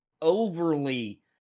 overly